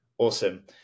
Awesome